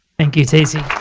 thank you, tacy.